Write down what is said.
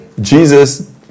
Jesus